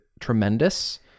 tremendous